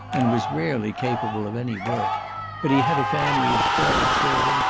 and was rarely capable of any work but he had a family of twelve children,